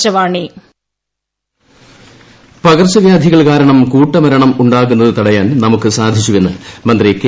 K Shailaja പകർച്ചവ്യാധികൾ കാരണം കൂട്ടമരണം ഉണ്ടാകുന്നത് തടയാൻ നമുക്ക് സാധിച്ചുവെന്ന് മന്ത്രി കെ